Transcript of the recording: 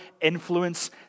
influence